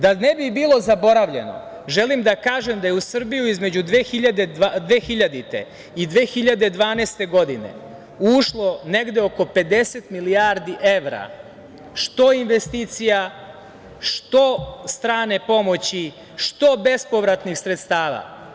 Da ne bi bilo zaboravljeno, želim da kažem da je u Srbiju između 2000. i 2012. godine ušlo negde oko 50 milijardi evra što investicija, što strane pomoći, što bespovratnih sredstava.